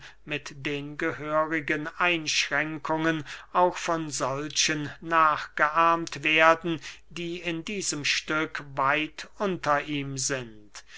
mit den gehörigen einschränkungen auch von solchen nachgeahmt werden die in diesem stück weit unter ihm sind